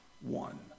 one